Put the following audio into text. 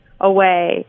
away